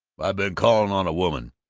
i've been calling on a woman.